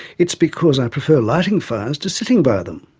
it's because i prefer lighting fires to sitting by them.